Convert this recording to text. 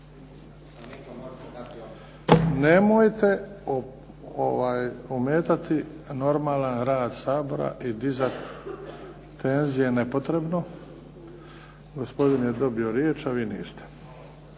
Nemojte ometati normalan rad Sabora i dizat tenzije nepotrebno. Gospodin je dobio riječ, a vi niste.